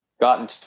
gotten